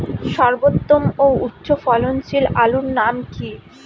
সর্বোত্তম ও উচ্চ ফলনশীল আলুর নাম কি?